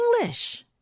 English